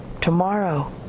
Tomorrow